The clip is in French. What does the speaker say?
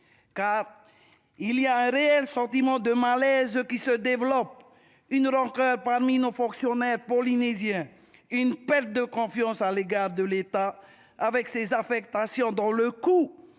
car il y a un réel sentiment de malaise qui se développe une rencontre parmi nos fonctionnaires polynésien, une perte de confiance à l'égard de l'État avec ces affectations dans le coup,